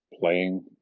playing